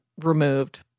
removed